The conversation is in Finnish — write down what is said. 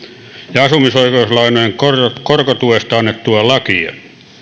ja asumisoikeuslainojen korkotuesta annettua lakia